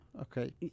Okay